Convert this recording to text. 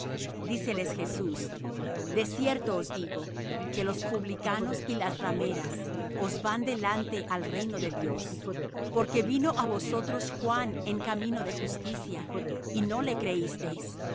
primero díceles jesús de cierto os digo que los publicanos y las rameras os van delante al reino de dios porque vino á vosotros juan en camino de justicia y no le creísteis y